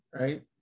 right